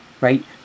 right